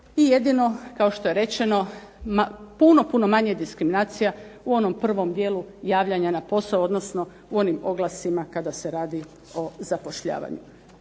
i jedino što je rečeno puno, puno manje diskriminacija u onom prvom dijelu javljanja na posao odnosno u onim oglasima kada se radi o zapošljavanju.